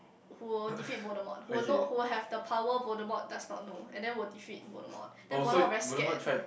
who will defeat Voldemort who will know who will have the power Voldemort does not know and then will defeat Voldemort then Voldemort very scared